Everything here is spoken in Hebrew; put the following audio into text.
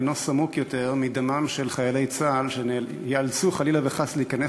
אינו סמוק יותר מדמם של חיילי צה"ל שייאלצו חלילה וחס להיכנס